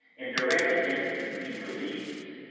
and directed him to be relieved.